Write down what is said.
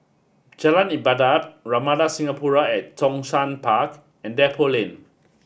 Jalan Ibadat Ramada Singapore at Zhongshan Park and Depot Lane